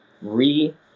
re